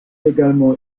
également